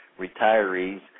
retirees